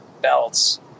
belts